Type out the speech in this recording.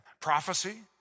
Prophecy